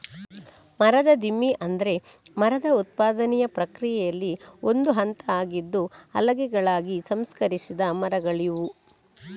ಮರದ ದಿಮ್ಮಿ ಅಂದ್ರೆ ಮರದ ಉತ್ಪಾದನೆಯ ಪ್ರಕ್ರಿಯೆಯಲ್ಲಿ ಒಂದು ಹಂತ ಆಗಿದ್ದು ಹಲಗೆಗಳಾಗಿ ಸಂಸ್ಕರಿಸಿದ ಮರಗಳಿವು